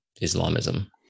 Islamism